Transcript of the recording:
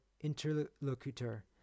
interlocutor